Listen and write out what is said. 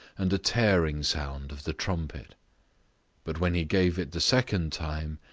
and a tearing sound of the trumpet but when he gave it the second time,